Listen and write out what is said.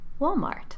Walmart